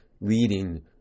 leading